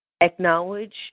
acknowledge